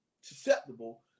susceptible